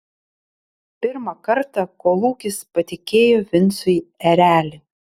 pirmą kartą kolūkis patikėjo vincui erelį